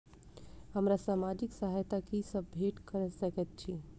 हमरा सामाजिक सहायता की सब भेट सकैत अछि?